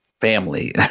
family